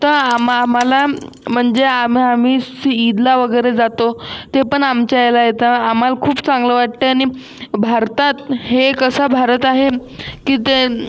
तर आम्हा आम्हाला म्हणजे आम्ह आम्ही सी ईदला वगैरे जातो ते पण आमच्या याला येतात आम्हाल खूप चांगलं वाटतं आणि भारतात हा कसा भारत आहे की ते